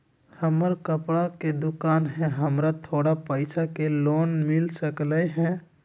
हमर कपड़ा के दुकान है हमरा थोड़ा पैसा के लोन मिल सकलई ह?